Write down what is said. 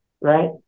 right